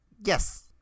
Yes